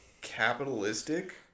capitalistic